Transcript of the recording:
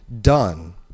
done